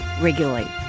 regularly